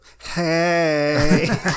Hey